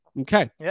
Okay